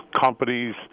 companies